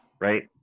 right